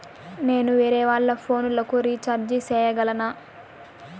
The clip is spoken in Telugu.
నేను వేరేవాళ్ల ఫోను లకు రీచార్జి సేయగలనా?